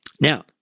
Now